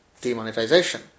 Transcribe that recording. demonetization